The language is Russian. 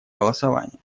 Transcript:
голосования